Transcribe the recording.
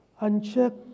unchecked